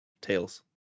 Tails